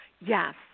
Yes